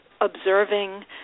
observing